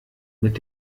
mit